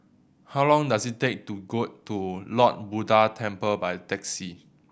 how long does it take to get to Lord Buddha Temple by taxi